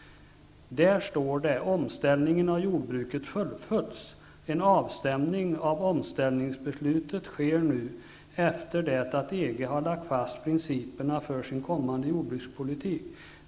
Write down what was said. Där står det att omställningen av jordbruket fullföljs. En avstämning av omställningsbeslutet sker nu efter det att EG har lagt fast principerna för sin kommande jordbrukspolitik.